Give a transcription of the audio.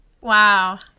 wow